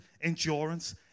endurance